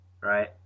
Right